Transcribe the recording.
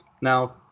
Now